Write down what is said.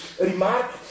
remark